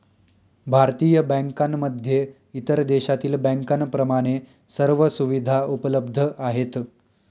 भारतीय बँकांमध्ये इतर देशातील बँकांप्रमाणे सर्व सुविधा उपलब्ध आहेत